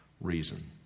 reason